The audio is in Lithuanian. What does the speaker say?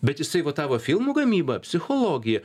bet jisai va tą va filmų gamybą psichologiją